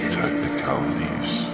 technicalities